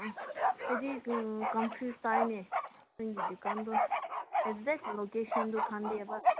ꯑꯥ ꯑꯩꯗꯤ ꯀꯟꯐꯤꯌꯨꯁ ꯆꯥꯏꯅꯦ ꯅꯪꯒꯤ ꯗꯨꯀꯥꯟꯗꯣ ꯑꯦꯠꯖꯦꯛ ꯂꯣꯀꯦꯁꯟꯗꯨ ꯈꯪꯗꯦꯕ